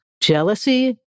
jealousy